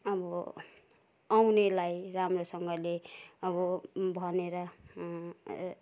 अब आउनेलाई राम्रोसँगले अब भनेर